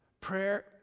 Prayer